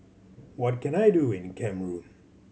what can I do in Cameroon